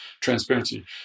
transparency